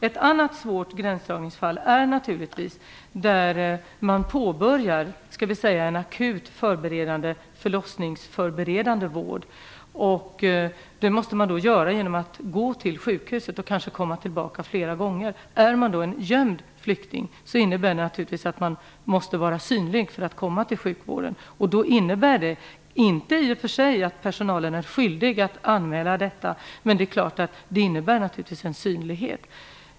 Ett annat svårt gränsdragningsfall är när man påbörjar en akut förberedande förlossningsförberedande vård. Då måste man besöka sjukhuset flera gånger. Är man då en gömd flykting innebär detta naturligtvis att man måste bli synlig för att kunna komma till sjukvården. Personalen är då i och för sig inte skyldig att anmäla detta, men det är klart att det innebär en synlighet.